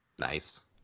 nice